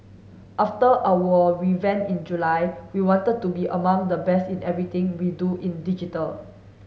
after our revamp in July we wanted to be among the best in everything we do in digital